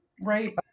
right